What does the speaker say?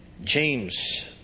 James